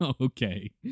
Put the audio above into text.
Okay